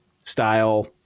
style